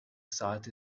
sought